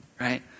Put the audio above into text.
Right